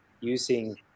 using